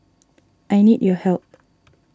I need your help